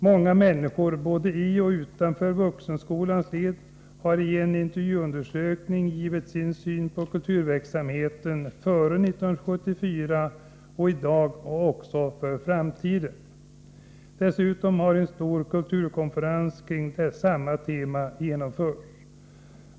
Många männis kor, både i och utanför Vuxenskolans led, har i en intervjuundersökning givit sin syn på kulturverksamheten före 1974, i dag och för framtiden. Dessutom har en stor kulturkonferens kring samma tema genomförts.